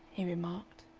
he remarked.